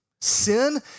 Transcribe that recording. Sin